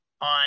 on